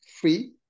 free